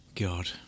god